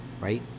right